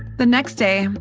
the next day,